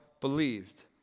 believed